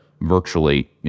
virtually